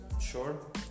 sure